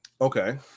Okay